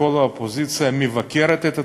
כל אופוזיציה מבקרת את התקציב,